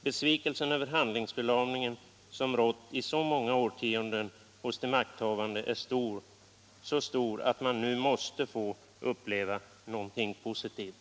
Besvikelsen över den handlingsförlamning som i så många årtionden rått hos de makthavande är så stor, att man nu måste få uppleva något positivt.